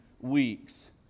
weeks